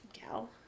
gal